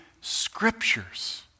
scriptures